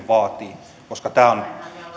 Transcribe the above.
vaatii koska tämä on